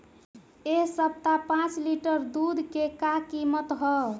एह सप्ताह पाँच लीटर दुध के का किमत ह?